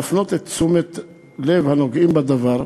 להפנות את תשומת לב הנוגעים בדבר.